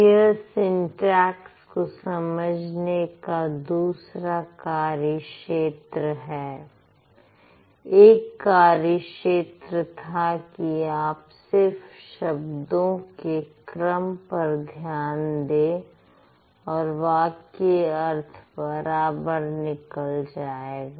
यह सिंटेक्स को समझने का दूसरा कार्य क्षेत्र है एक कार्य शेत्र था कि आप सिर्फ शब्दों के क्रम पर ध्यान दें और वाक्य अर्थ बराबर निकल जाएगा